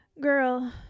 Girl